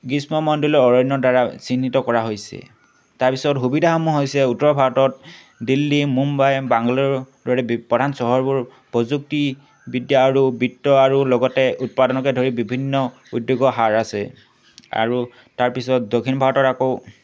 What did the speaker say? গ্ৰীষ্ম মণ্ডলৰ অৰণ্যৰ দ্বাৰা চিহ্নিত কৰা হৈছে তাৰপিছত সুবিধাসমূহ হৈছে উত্তৰ ভাৰতত দিল্লী মুম্বাই বাংগালোৰ দৰে প্ৰধান চহৰবোৰ প্ৰযুক্তিব বিদ্যা আৰু বিত্ত আৰু লগতে উৎপাদনকে ধৰি বিভিন্ন উদ্যোগৰ হাৰ আছে আৰু তাৰপিছত দক্ষিণ ভাৰতৰ আকৌ